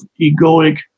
egoic